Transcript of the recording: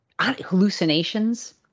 hallucinations